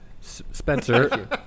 Spencer